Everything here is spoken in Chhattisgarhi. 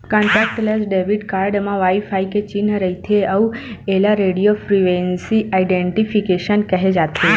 कांटेक्टलेस डेबिट कारड म वाईफाई के चिन्हा रहिथे अउ एला रेडियो फ्रिवेंसी आइडेंटिफिकेसन केहे जाथे